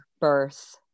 birth